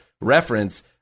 reference